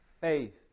faith